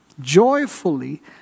joyfully